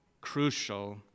crucial